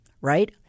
Right